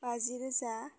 बाजि रोजा